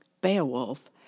Beowulf